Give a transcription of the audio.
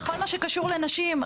בכל מה שקשור לנשים,